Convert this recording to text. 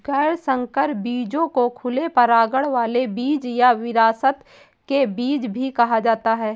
गैर संकर बीजों को खुले परागण वाले बीज या विरासत के बीज भी कहा जाता है